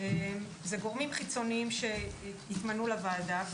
אלו גורמים חיצוניים שהתמנו לוועדה,